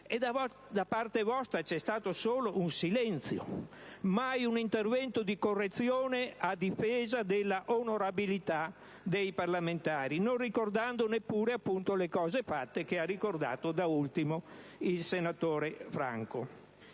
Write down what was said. Da parte vostra c'è stato solo silenzio: mai un intervento di correzione a difesa della onorabilità dei parlamentari, non ricordando neppure le cose fatte, che ha ricordato da ultimo il senatore Franco.